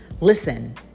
Listen